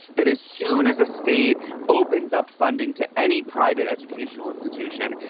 that as soon as a state opens up funding to any private educational institution,